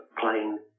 playing